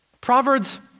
Proverbs